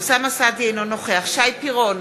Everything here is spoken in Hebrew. אינו נוכח שי פירון,